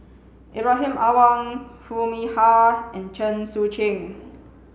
Ibrahim Awang Foo Mee Har and Chen Sucheng